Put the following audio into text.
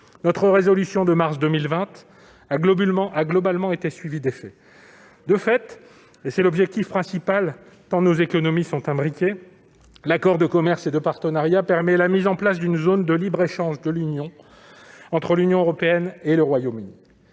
Notre résolution du mois de mars 2020 a globalement été suivie d'effets. De fait- c'était l'objectif principal, tant nos économies sont imbriquées -, l'accord de commerce et de partenariat permet la mise en place d'une zone de libre-échange entre l'Union européenne et le Royaume-Uni